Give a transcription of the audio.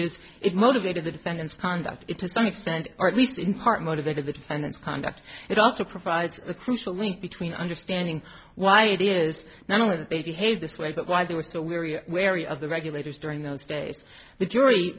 is it motivated the defendants conduct it to some extent or at least in part motivated the defendants conduct it also provides a crucial link between understanding why it is not only that they behaved this way but why they were so we were you wary of the regulators during those days the jury